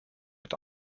but